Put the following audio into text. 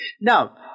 Now